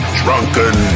drunken